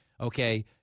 Okay